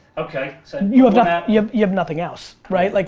okay, so you and yeah you have nothing else, right? like